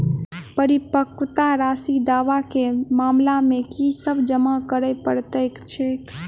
परिपक्वता राशि दावा केँ मामला मे की सब जमा करै पड़तै छैक?